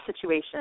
situation